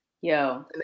Yo